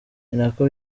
nako